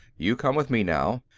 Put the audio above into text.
you come with me, now.